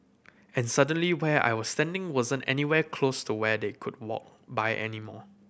and suddenly where I was standing wasn't anywhere close to where they could walk by anymore